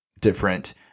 different